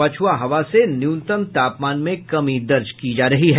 पछुआ हवा से न्यूनतम तापमान में कमी दर्ज की गई है